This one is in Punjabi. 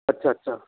ਅੱਛਾ ਅੱਛਾ